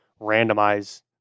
randomize